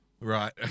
Right